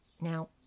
Now